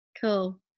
Cool